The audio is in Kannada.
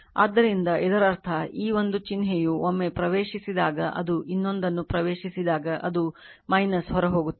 ಆದ್ದರಿಂದ ಇದರರ್ಥ ಈ ಒಂದು ಚಿಹ್ನೆಯು ಒಮ್ಮೆ ಪ್ರವೇಶಿಸಿದಾಗ ಅದು ಇನ್ನೊಂದನ್ನು ಪ್ರವೇಶಿಸಿದಾಗ ಅದು ಹೊರಹೋಗುತ್ತದೆ